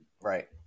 Right